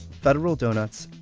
federal donuts,